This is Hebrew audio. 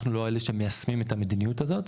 אנחנו לא אלה שמיישמים את המדיניות הזאת,